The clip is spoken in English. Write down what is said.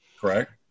Correct